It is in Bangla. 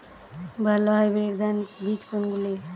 ভালো হাইব্রিড ধান বীজ কোনগুলি?